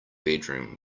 bedroom